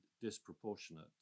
disproportionate